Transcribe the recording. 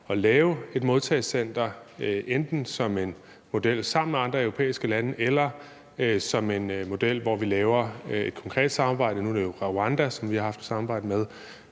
at lave et modtagecenter, enten som en model sammen med andre europæiske lande eller som en model, hvor vi laver et konkret samarbejde – nu er det jo Rwanda, som vi har haft et samarbejde med